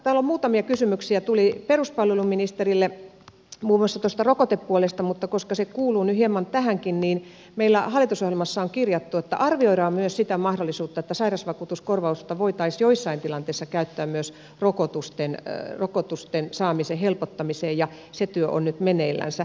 täällä muutamia kysymyksiä tuli peruspalveluministerille muun muassa tuosta rokotepuolesta mutta koska se kuuluu nyt hieman tähänkin niin meillä hallitusohjelmassa on kirjattu että arvioidaan myös sitä mahdollisuutta että sairausvakuutuskorvausta voitaisiin joissain tilanteissa käyttää myös rokotusten saamisen helpottamiseen ja se työ on nyt meneillänsä